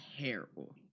terrible